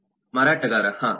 ಗ್ರಾಹಕ ಹಾಂ